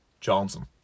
Johnson